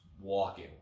walking